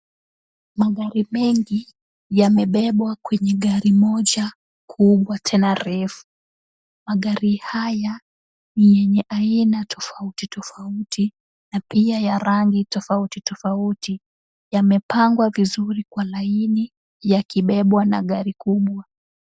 Magari mengi yamebebwa kwenye gari moja kubwa tena refu. Magari haya ni yenye aina tofauti tofauti, na pia ya rangi tofauti tofauti. Yamepangwa vizuri kwa laini, yakibebwa na gari kubwa.